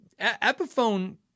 Epiphone